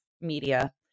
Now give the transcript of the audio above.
media